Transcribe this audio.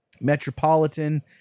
Metropolitan